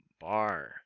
bar